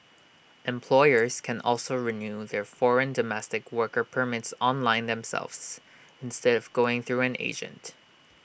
employers can also renew their foreign domestic worker permits online themselves instead of going through an agent